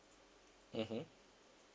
mmhmm